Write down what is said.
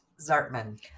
Zartman